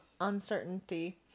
uncertainty